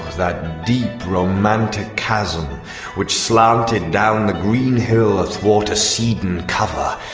that deep romantic chasm which slanted down the green hill athwart a cedarn cover!